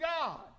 God